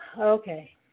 Okay